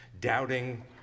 doubting